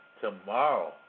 Tomorrow